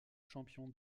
champion